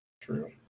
True